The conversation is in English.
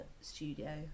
studio